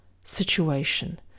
situation